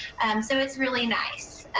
so it's really nice.